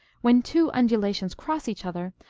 when two undulations cross each other,